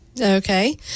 Okay